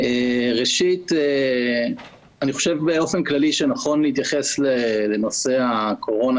אני חושב שבאופן כללי שנכון להתייחס לנושא הקורונה